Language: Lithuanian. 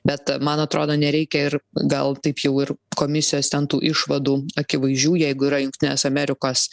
bet man atrodo nereikia ir gal taip jau ir komisijos ten tų išvadų akivaizdžių jeigu yra jungtinės amerikos